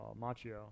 Macchio